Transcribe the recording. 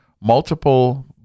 multiple